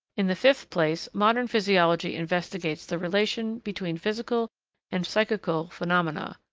in the fifth place, modern physiology investigates the relation between physical and psychical phenomena,